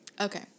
Okay